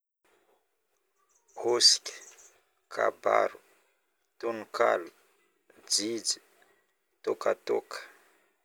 Hôsuky, kabaro, tononkalo, jijy, tôkatôka,